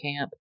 camp